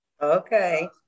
Okay